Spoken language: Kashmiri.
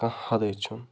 کانٛہہ حَدٕے چھِنہٕ